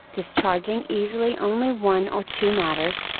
discharging easily only one or two matters,